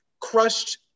crushed